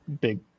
big